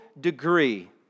degree